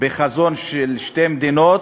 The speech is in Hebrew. בחזון של שתי מדינות.